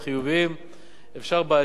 ואפשר בעתיד לגבש משהו